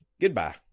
Goodbye